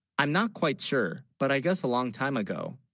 i'm not quite sure but i guess a long time, ago